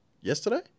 yesterday